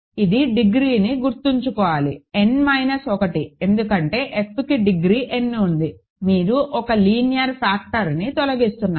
ఇది డిగ్రీని గుర్తుంచుకోవాలి n మైనస్ 1 ఎందుకంటే Fకి డిగ్రీ n ఉంది మీరు 1 లీనియర్ ఫ్యాక్టర్ని తొలగిస్తున్నారు